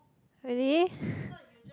really